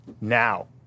now